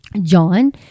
John